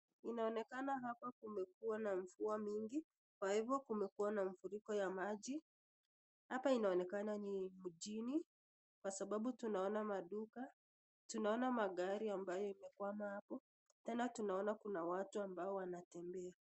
Inaonekana kwamba hapa kuna mvua mingi, kwa hivo kumekuwa na mfuriko ya maji ,hapa inaonekana ni mjini kwa sababu tunaona maduka, tunaona magari hapo tena kuna watu ambayo wanatembea.